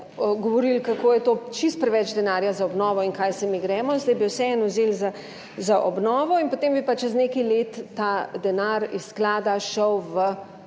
kako je to čisto preveč denarja za obnovo in kaj se mi gremo in zdaj bi vseeno vzeli za obnovo in potem bi pa čez nekaj let ta denar iz sklada šel v